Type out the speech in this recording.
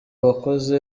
abakozi